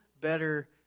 better